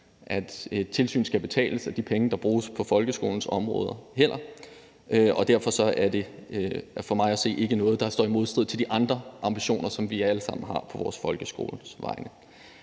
et tilsyn skal betales med de penge, der bruges på folkeskolens områder, og derfor er det for mig at se ikke noget, der er i modstrid med de andre ambitioner, som vi alle sammen har på vores folkeskoles vegne.